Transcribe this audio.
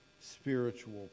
spiritual